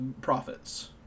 profits